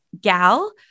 gal